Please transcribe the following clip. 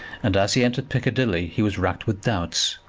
and as he entered piccadilly he was racked with doubts.